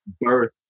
birth